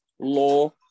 law